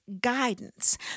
guidance